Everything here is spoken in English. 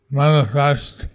manifest